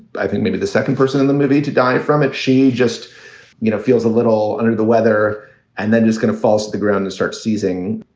i think maybe the second person in the movie to die from it. she just you know feels a little under the weather and then just kind of falls to the ground and starts seizing.